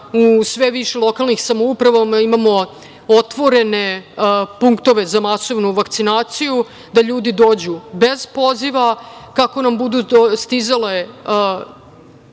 u sve više lokalnih samouprava imamo otvorene punktove za masovnu vakcinaciju, da ljudi dođu bez poziva, kako nam budu stizale